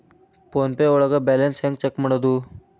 Phone pay ಒಳಗ balance ಹೆಂಗ್ check ಮಾಡುವುದು?